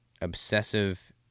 obsessive